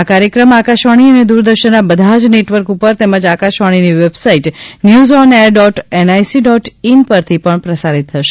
આ કાર્યક્રમ આકાશવાણી અને દૂરદર્શનના બધા જ નેટવર્ક ઉપર તેમજ આકાશવાણીની website news on air dot NIC dot in પરથી પણ પ્રસારીત થશે